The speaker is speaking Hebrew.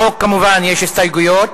לחוק, כמובן, יש הסתייגויות.